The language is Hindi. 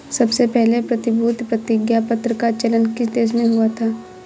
सबसे पहले प्रतिभूति प्रतिज्ञापत्र का चलन किस देश में हुआ था?